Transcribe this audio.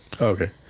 Okay